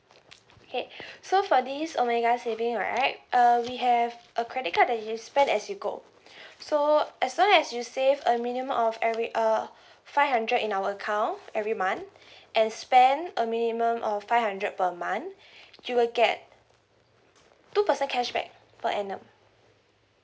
okay so for this omega saving right uh we have a credit card that you spend as you go so as long as you save a minimum of every uh five hundred in our account every month and spend a minimum of five hundred per month you will get two percent cashback per annum